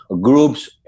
groups